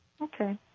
Okay